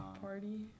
Party